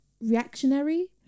reactionary